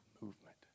movement